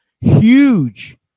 huge